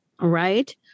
right